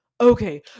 okay